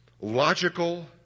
logical